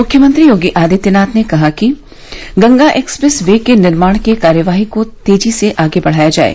मुख्यमंत्री योगी आदित्यनाथ ने कहा है कि गंगा एक्सप्रेस वे के निर्माण के कार्यवाही को तेजी से आगे बढ़ाया जाये